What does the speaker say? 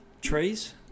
trees